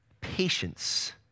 patience